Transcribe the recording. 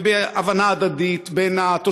בהבנה הדדית בין התושבים?